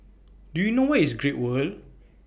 Do YOU know Where IS Great World